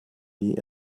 nie